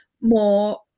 more